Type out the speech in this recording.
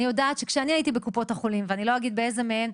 אני יודעת שכשאני הייתי בקופות החולים ואני לא אגיד באיזו מהן,